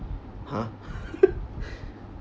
!huh!